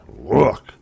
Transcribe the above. look